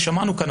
שמענו כאן,